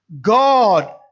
God